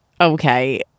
Okay